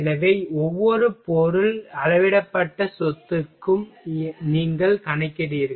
எனவே ஒவ்வொரு பொருள் அளவிடப்பட்ட சொத்துக்கும் நீங்கள் கணக்கிடுகிறீர்கள்